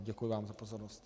Děkuji vám za pozornost.